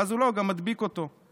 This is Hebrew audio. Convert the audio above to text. ואז הוא גם מדביק אותו.